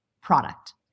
product